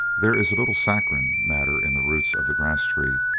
there is a little saccharine matter in the roots of the grass-tree,